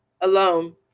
alone